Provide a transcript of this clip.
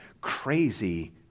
crazy